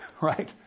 right